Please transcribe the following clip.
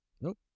Nope